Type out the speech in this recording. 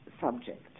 subject